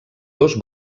dos